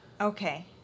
okay